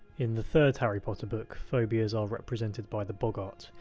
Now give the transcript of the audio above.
in the third harry potter book, phobias are represented by the boggart,